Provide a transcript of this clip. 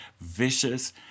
vicious